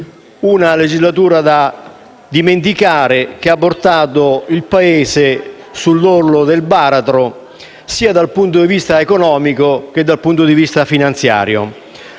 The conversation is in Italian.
una legislatura da dimenticare, che ha portato il Paese sull'orlo del baratro sia dal punto di vista economico, che dal punto di vista finanziario.